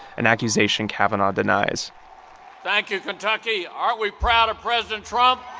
an accusation kavanaugh denies thank you, kentucky. aren't we proud of president trump?